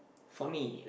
for me